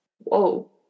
whoa